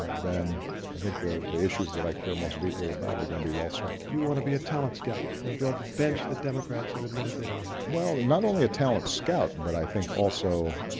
ah then i think the issues that i care most deeply about are going to be well served. you want to be a talent scout and build the bench that democrats have admitted they don't have. well, not only a talent scout but i think also,